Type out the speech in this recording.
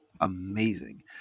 amazing